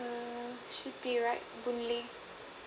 err should be right boon lay